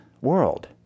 world